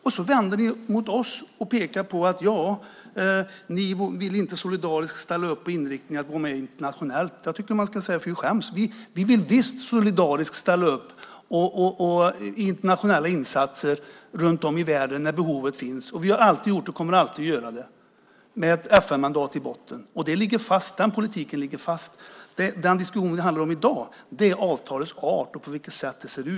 Ni vänder er mot oss och pekar på att vi inte soldariskt ville ställa upp på inriktningen att gå med internationellt. Jag vill säga: Fy skäms! Vi vill visst solidariskt ställa upp i internationella insatser runt om i världen där behovet finns. Det har vi alltid gjort och kommer alltid att göra med ett FN-mandat i botten. Den politiken ligger fast. Det diskussionen handlar om i dag är avtalets art och på vilket sätt det ser ut.